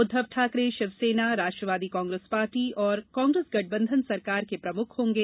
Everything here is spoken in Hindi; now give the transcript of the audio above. उद्वव ठाकरे शिवसेना राष्ट्रवादी कांग्रेस पार्टी और कांग्रेस गठबंधन सरकार के प्रमुख होंगे